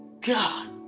God